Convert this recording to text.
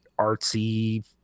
artsy